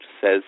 says